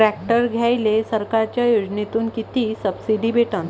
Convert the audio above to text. Tractor घ्यायले सरकारच्या योजनेतून किती सबसिडी भेटन?